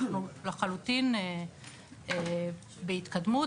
אנחנו לחלוטין בהתקדמות,